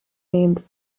named